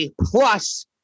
plus